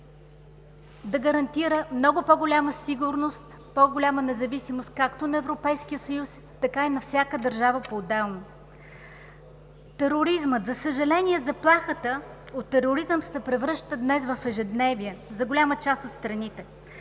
да гарантира много по-голяма сигурност, по-голяма независимост както на Европейския съюз, така и на всяка държава поотделно. Тероризмът. За съжаление, заплахата от тероризъм се превръща днес в ежедневие за голяма част от страните.